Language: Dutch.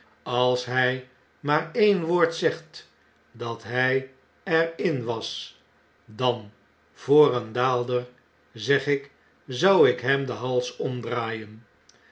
als hy maar met een woord zegt dat hij er in was dan voor een daalder zeg ik zou ik hem den hals omdraaien